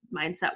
mindset